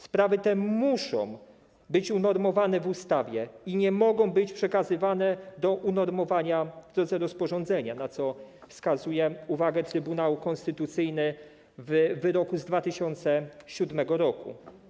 Sprawy te muszą być unormowane w ustawie i nie mogą być przekazywane do unormowania w drodze rozporządzenia, na co wskazuje Trybunał Konstytucyjny w wyroku z 2007 r.